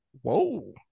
whoa